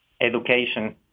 education